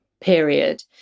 period